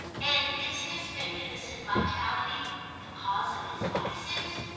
and is his magnificent vitality the cause of his vices?